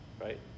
right